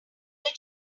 did